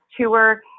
tour